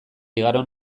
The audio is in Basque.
igaro